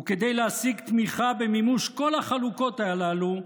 כדי להשיג תמיכה במימוש כל החלוקות הללו,